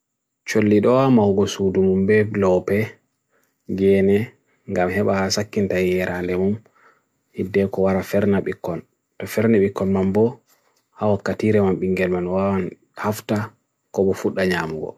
Chollidoa mawgos udumumbe glope geni gamheba hasakintayera lemum idde ko wa rafferna bikon Rafferna bikon mambo hafot katire mam bingelman wa hafta ko bo fut danyamogo